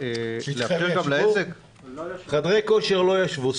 לאפשר גם לעסק --- חדרי כושר לא ישבו.